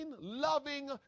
loving